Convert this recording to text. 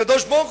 הקדוש-ברוך-הוא,